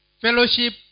fellowship